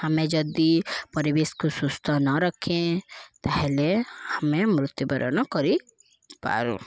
ଆମେ ଯଦି ପରିବେଶକୁ ସୁସ୍ଥ ନ ରଖେ ତାହେଲେ ଆମେ ମୃତ୍ୟୁବରଣ କରିପାରୁ